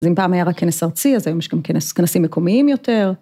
‫אז אם פעם היה רק כנס ארצי, ‫אז היום יש גם כנסים מקומיים יותר.